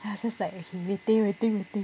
then I was just like waiting waiting